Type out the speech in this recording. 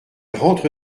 rentre